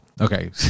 okay